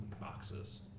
boxes